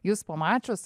jus pamačius